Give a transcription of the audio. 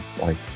Bye